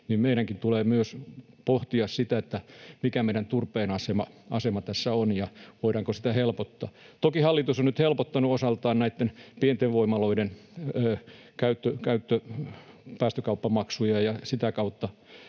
niin meidänkin tulee myös pohtia, mikä meidän turpeen asema tässä on ja voidaanko sitä helpottaa. Toki hallitus on nyt helpottanut osaltaan näitten pienten voimaloiden päästökauppamaksuja, ja onneksi